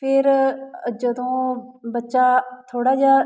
ਫਿਰ ਜਦੋਂ ਬੱਚਾ ਥੋੜ੍ਹਾ ਜਿਹਾ